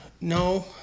no